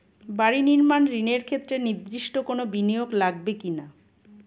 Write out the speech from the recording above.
বাড়ি নির্মাণ ঋণের ক্ষেত্রে নির্দিষ্ট কোনো বিনিয়োগ লাগবে কি না?